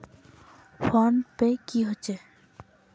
Phone पै की होचे?